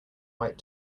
white